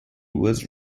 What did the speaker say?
was